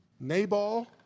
Nabal